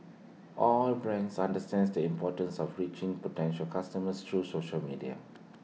all brands understands the importance of reaching potential customers through social media